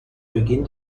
beginn